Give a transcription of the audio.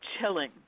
chilling